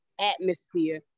atmosphere